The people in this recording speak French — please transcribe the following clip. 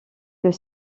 que